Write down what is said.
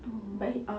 oh